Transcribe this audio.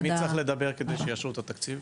עם מי צריך לדבר כדי שיאשרו את התקציב?